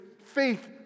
faith